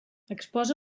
exposa